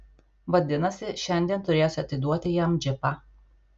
vadinasi šiandien turėsiu atiduoti jam džipą